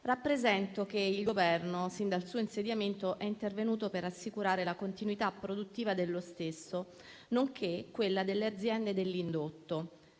rappresento che il Governo, sin dal suo insediamento, è intervenuto per assicurare la continuità produttiva dello stesso, nonché quella delle aziende dell'indotto,